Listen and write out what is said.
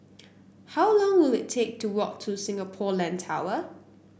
how long will it take to walk to Singapore Land Tower